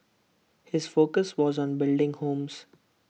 his focus was on building homes